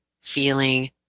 feeling